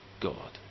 God